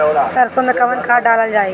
सरसो मैं कवन खाद डालल जाई?